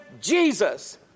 Jesus